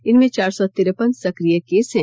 इनमें चार सौ तिरपन सक्रिय केस हैं